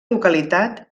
localitat